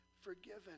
forgiven